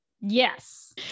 Yes